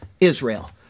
Israel